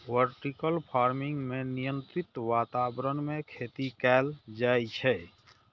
vertical farming मे नियंत्रित वातावरण मे खेती कैल जाइ छै